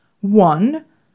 One